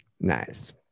Nice